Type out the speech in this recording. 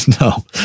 No